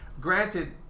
Granted